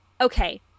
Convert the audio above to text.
okay